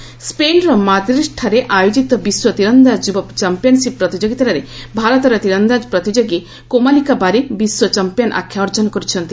archery ସ୍କେନର ମାନ୍ଦ୍ରିଜଦଠାରେ ଆୟୋଜିତ ବିଶ୍ୱ ତୀରନ୍ଦାଜ ଯୁବ ଚାମ୍ପିୟନଶିପ୍ ପ୍ରତିଯୋଗିତା ପରେ ଭାରତର ତୀରନ୍ଦାକ ପ୍ରତିଯୋଗୀ କୋମାଲିକା ବାରି ବିଶ୍ୱ ଚାମ୍ପିୟନ ଆଖ୍ୟା ଅର୍ଜନ କରିଛନ୍ତି